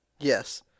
Yes